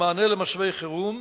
במענה על מצבי חירום.